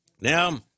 Now